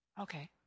Okay